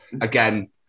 again